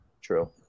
True